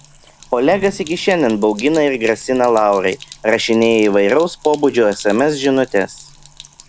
olegas iki šiandien baugina ir grasina laurai rašinėja įvairaus pobūdžio sms žinutes